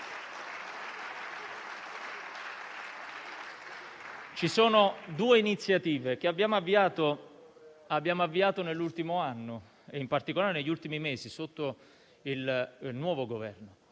Ci sono due iniziative, che abbiamo avviato nell'ultimo anno e in particolare negli ultimi mesi, con il nuovo Governo.